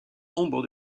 nombre